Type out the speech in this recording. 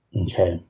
Okay